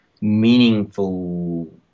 meaningful